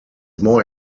more